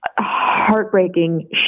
heartbreaking